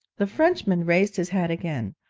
the frenchman raised his hat again.